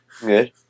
Good